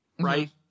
right